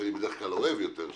שאני בדרך כלל אוהב יותר,